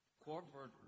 Corporate